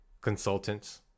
consultants